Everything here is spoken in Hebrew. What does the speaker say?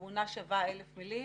תמונה שווה אלף מילים.